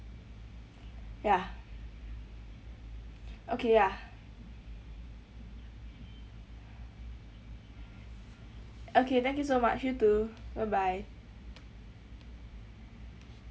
ya okay ya okay thank you so much you too bye bye